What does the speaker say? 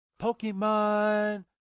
Pokemon